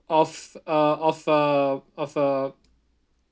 of uh of uh of uh